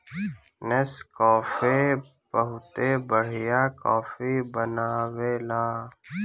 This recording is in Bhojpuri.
नेस्कैफे बहुते बढ़िया काफी बनावेला